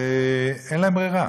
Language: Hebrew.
אין להם ברירה,